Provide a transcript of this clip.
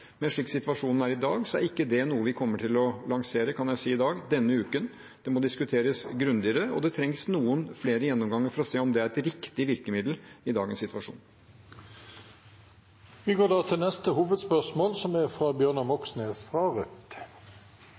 men slik situasjonen er i dag, kan jeg si at dette ikke er noe vi kommer til å lansere denne uken. Det må diskuteres grundigere, og det trengs noen flere gjennomganger for å se om det er et riktig virkemiddel i dagens situasjon. Vi går da til neste hovedspørsmål.